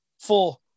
Four